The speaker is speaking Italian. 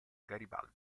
garibaldi